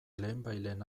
lehenbailehen